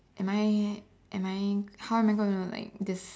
am I am I how am I going to like this